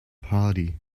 party